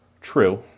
true